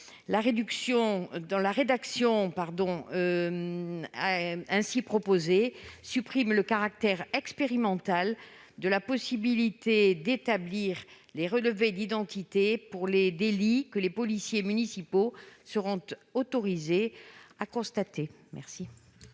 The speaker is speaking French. La rédaction proposée supprime le caractère expérimental de la possibilité d'établir des relevés d'identité pour les délits que les policiers municipaux sont autorisés à constater.